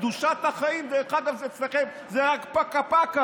קדושת החיים, דרך אגב, אצלכם זה רק פקה-פקה.